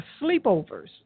sleepovers